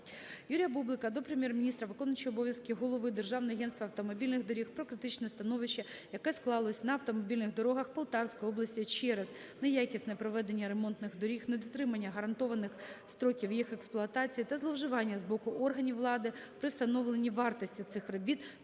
Юрія Бублика до Прем'єр-міністра, виконуючого обов'язків голови Державного агентства автомобільних доріг про критичне становище, яке склалося на автомобільних дорогах Полтавської області через неякісне проведення ремонтних робіт, недотримання гарантованих строків їх експлуатації та зловживання з боку органів влади при встановленні вартості цих робіт